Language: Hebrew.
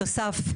אסף?